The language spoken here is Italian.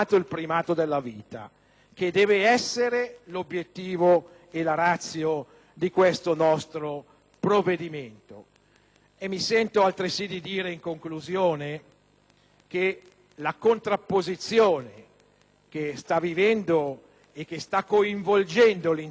che deve essere l'obiettivo e la *ratio* di questo nostro provvedimento. Mi sento altresì di dire, in conclusione, che la contrapposizione che sta vivendo e che sta coinvolgendo l'intero popolo